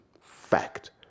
Fact